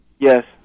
Yes